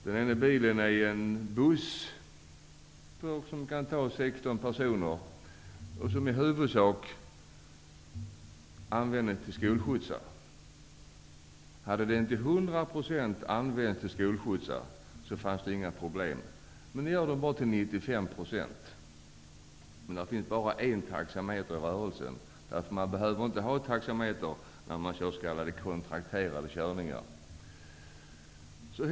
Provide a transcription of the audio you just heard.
Det ena fordonet är en Volkswagenbuss, som kan ta 16 personer, och som i huvudsak används till skolskjutsar. Hade den använts till skolskjutsar till 100 % hade det inte varit något problem. Men nu används den bara till 95 % till skolskjutsar. Det finns bara en taxameter i rörelsen. Man behöver nämligen inte ha taxameter när man kör s.k. kontrakterade körningar.